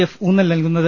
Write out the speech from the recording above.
F ഉൌന്നൽ നൽകുന്നത്